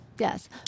Yes